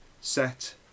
set